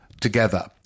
together